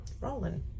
Rolling